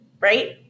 right